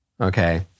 okay